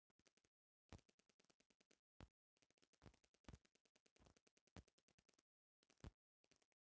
bank के साधन से कारोबार ला कर्जा लेके व्यवसाय ला पैसा के जुगार हो सकेला